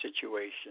situation